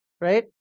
right